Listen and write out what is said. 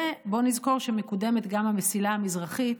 ובוא נזכור שמקודמת גם המסילה המזרחית,